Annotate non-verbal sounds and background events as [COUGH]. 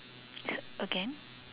[BREATH] again